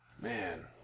Man